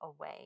away